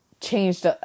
changed